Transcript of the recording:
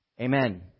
Amen